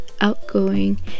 outgoing